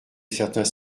certains